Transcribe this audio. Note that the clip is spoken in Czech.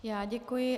Já děkuji.